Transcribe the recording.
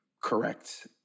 correct